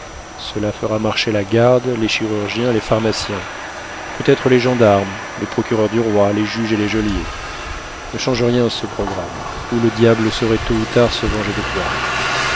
cela fera marcher la garde les chirurgiens les pharmaciens peut-être les gendarmes les procureurs du roi les juges et les geôliers ne change rien à ce programme ou le diable saurait tôt ou tard se venger de toi